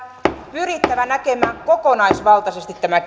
pyrittävä näkemään kokonaisvaltaisesti tämä